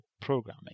programming